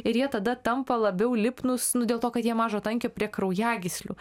ir jie tada tampa labiau lipnus nu dėl to kad jie mažo tankio prie kraujagyslių